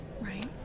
right